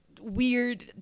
weird